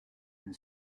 and